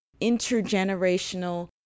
intergenerational